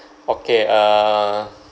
okay err